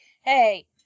Hey